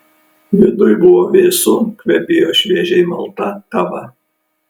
viduj buvo vėsu kvepėjo šviežiai malta kava